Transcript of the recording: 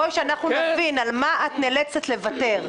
בואי, שאנחנו נבין, על מה את נאלצת לוותר?